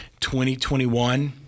2021-